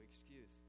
excuse